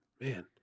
man